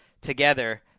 together